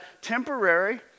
temporary